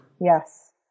Yes